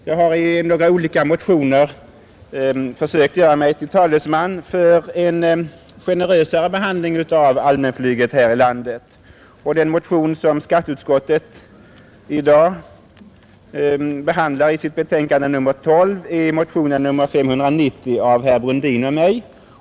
Jag har i några olika motioner försökt göra mig till talesman för en generösare behandling av allmänflyget här i landet, och den motion som skatteutskottet behandlar i sitt betänkande nr 12 är motionen nr 590 av herr Brundin och mig.